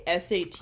SAT